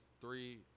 three